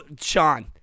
Sean